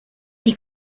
die